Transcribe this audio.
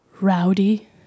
rowdy